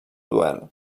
duel